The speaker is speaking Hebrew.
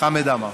חמד עמאר.